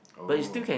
oh